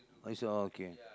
orh he's oh okay